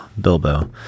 Bilbo